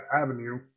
avenue